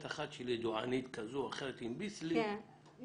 אחת של ידוענית כזו או אחרת עם ביסלי --- נכון,